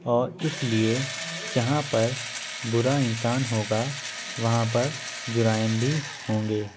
اور اس لیے جہاں پر برا انسان ہوگا وہاں پر جرائم بھی ہوں گے